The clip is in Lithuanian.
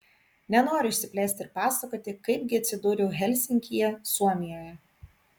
nenoriu išsiplėsti ir pasakoti kaip gi atsidūriau helsinkyje suomijoje